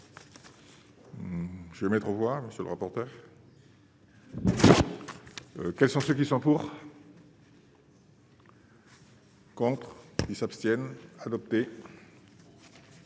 Je mettre au revoir monsieur le rapporteur. Quels sont ceux qui sont pour. Contre : ils s'abstiennent adopté.